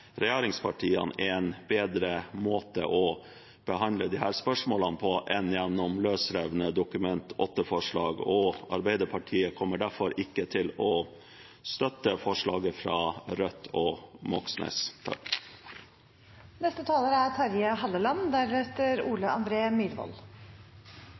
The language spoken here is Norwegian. regjeringspartiene, er en bedre måte å behandle disse spørsmålene på enn gjennom løsrevne Dokument 8-forslag. Arbeiderpartiet kommer derfor ikke til å støtte forslaget fra Rødt og Moxnes. Å handle med utlandet er